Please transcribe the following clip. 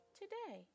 today